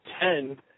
ten